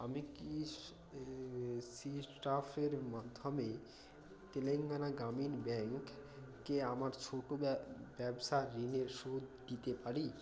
আমি কি সিট্রাস এর মাধ্যমে তেলেঙ্গানা গ্রামীণ ব্যাঙ্কে আমার ছোট ব্য ব্যবসার ঋণের শোধ দিতে পারি